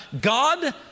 God